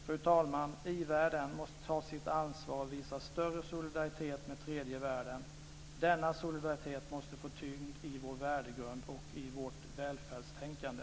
Fru talman! I-världen måste ta sitt ansvar och visa större solidaritet med tredje världen. Denna solidaritet måste få tyngd i vår värdegrund och i vårt välfärdstänkande.